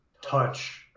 touch